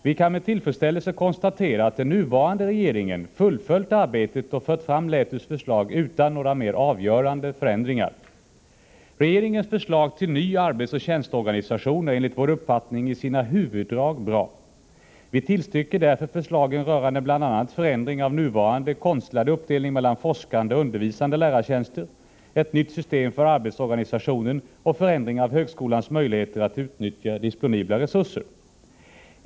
Vi kan med tillfredsställelse konstatera att den nuvarande regeringen fullföljt arbetet och fört fram Lätuförslaget utan några mera avgörande förändringar. Regeringens förslag till ny arbetsoch tjänsteorganisation är enligt vår uppfattning i sina huvuddrag bra. Vi tillstyrker därför förslagen rörande bl.a. förändring av nuvarande konstlade uppdelning mellan forskande och undervisande lärartjänster, liksom även ett nytt system för arbetsorganisationen och förändring av högskolans möjligheter att utnyttja disponibla resurser.